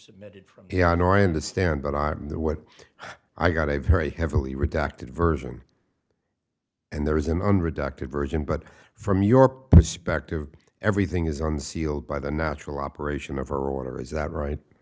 submitted from yeah i know i understand but i know what i got a very heavily redacted version and there is an under ducted version but from your perspective everything is on sealed by the natural operation of her order is that right